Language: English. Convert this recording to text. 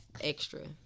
extra